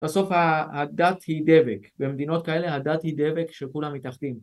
בסוף הדת היא דבק במדינות האלה הדת היא דבק כשכולם מתאחדים